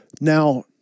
Now